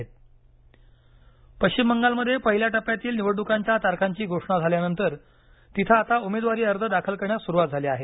पश्चिम बंगाल पश्चिम बंगालमध्ये पहिल्या टप्प्यातील निवडणुकांच्या तारखांची घोषणा झाल्यानंतर तिथे आता उमेदवारी अर्ज दाखल करण्यास सुरुवात झाली आहे